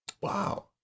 Wow